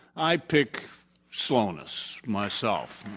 i pick slowness, myself.